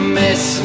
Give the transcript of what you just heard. miss